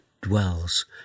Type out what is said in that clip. Dwells